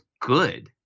good